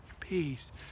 peace